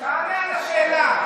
תענה על השאלה.